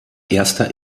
erster